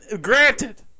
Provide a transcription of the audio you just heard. granted